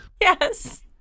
Yes